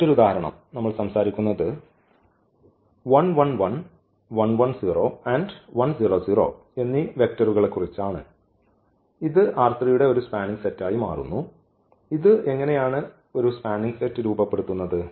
മറ്റൊരു ഉദാഹരണം നമ്മൾ സംസാരിക്കുന്നത് എന്നീ വെക്റ്ററുകളെക്കുറിച്ച് ആണ് ഇത് ഈ യുടെ ഒരു സ്പാനിങ് സെറ്റായി മാറുന്നു ഇത് എങ്ങനെയാണ് ഒരു സ്പാനിങ് സെറ്റ് രൂപപ്പെടുത്തുന്നത്